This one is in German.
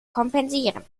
kompensieren